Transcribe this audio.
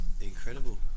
incredible